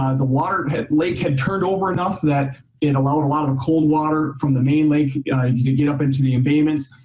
ah the water lake had turned over enough that it allowed a lot of cold water from the main lake to get get up into the embayments.